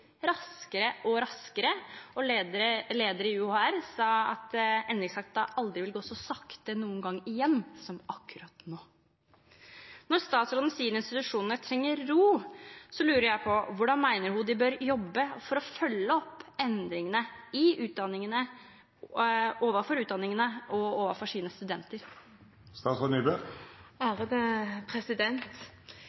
raskere og raskere, og leder i UHR sa at endringstakten aldri vil gå så sakte noen gang igjen som akkurat nå. Når statsråden sier at institusjonene trenger ro, lurer jeg på hvordan hun mener de bør jobbe for å følge opp endringene i utdanningene overfor utdanningene og overfor sine